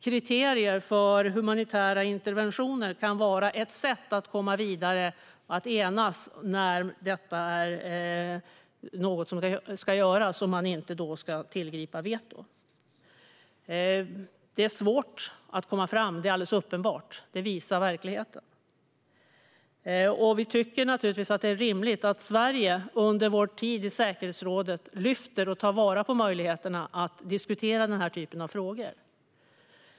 Kriterier för humanitära interventioner kan vara ett sätt att komma vidare och enas i stället för att tillgripa veto. Det är svårt att komma framåt. Det är alldeles uppenbart, och det visar verkligheten. Vi tycker naturligtvis att det är rimligt att Sverige under vår tid i säkerhetsrådet lyfter och tar vara på möjligheterna att diskutera den här typen av frågor.